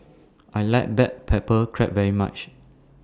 I like Black Pepper Crab very much